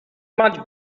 much